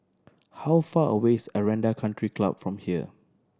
how far away is Aranda Country Club from here